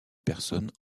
personnes